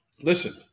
listen